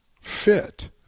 fit